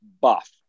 buff